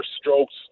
strokes